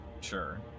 Sure